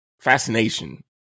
fascination